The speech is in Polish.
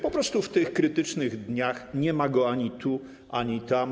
Po prostu w tych krytycznych dniach nie ma go ani tu, ani tam.